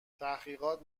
تحقیقات